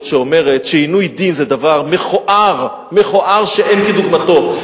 שאומרת שעינוי דין זה דבר מכוער שאין כדוגמתו.